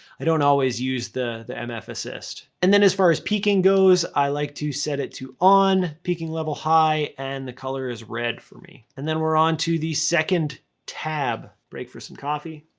i don't always use the the mf assist. and then as far as peaking goes, i like to set it to on, peaking level high, and the color is red for me. and then we're on to the second tab. break for some coffee.